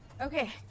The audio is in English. Okay